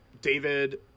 David